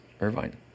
Irvine